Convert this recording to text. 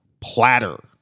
platter